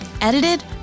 edited